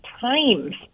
times